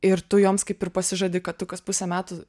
ir tu joms kaip ir pasižadi kad tu kas pusę metų